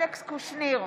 אלכס קושניר,